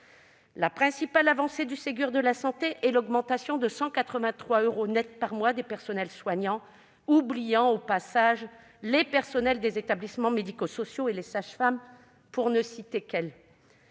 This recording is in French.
La principale avancée du Ségur de la santé est l'augmentation de 183 euros net par mois des personnels soignants, oubliant au passage les personnels des établissements médico-sociaux et les sages-femmes, pour ne citer qu'eux.